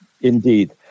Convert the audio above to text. Indeed